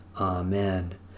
Amen